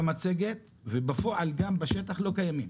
לא קיימים במצגת ובפועל גם בשטח לא קיימים.